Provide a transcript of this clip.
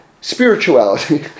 spirituality